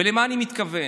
ולמה אני מתכוון?